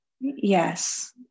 Yes